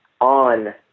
on